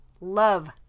love